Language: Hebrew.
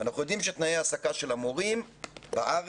אנחנו יודעים שתנאי ההעסקה של המורים בארץ,